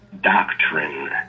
doctrine